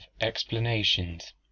Explanations